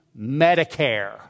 Medicare